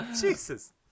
Jesus